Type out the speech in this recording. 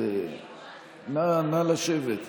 נא לשבת.